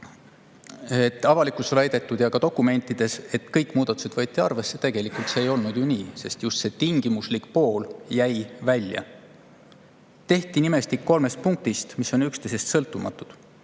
Avalikkuses on väidetud ja ka dokumentides on [kirjas], et kõik muudatused võeti arvesse. Tegelikult ei olnud ju nii, sest just see tingimuslik pool jäi välja. Tehti nimestik kolmest punktist, mis on üksteisest sõltumatud.